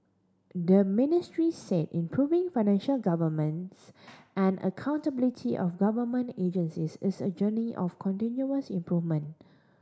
the Ministry said improving financial and accountability of government agencies is a journey of continuous improvement